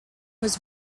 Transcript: was